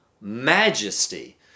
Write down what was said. majesty